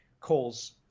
calls